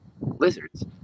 lizards